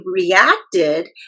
reacted